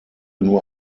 nur